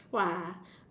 !wah!